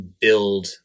build